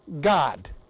God